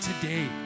today